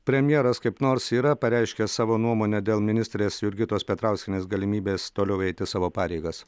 premjeras kaip nors yra pareiškęs savo nuomonę dėl ministrės jurgitos petrauskienės galimybės toliau eiti savo pareigas